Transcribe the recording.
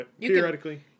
theoretically